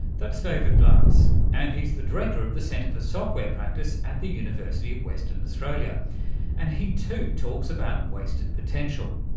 that's david glance and he's the director of the centre for software practice at the university of western australia and he too talks about wasted potential.